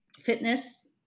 fitness